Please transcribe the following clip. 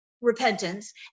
repentance